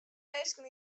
minsken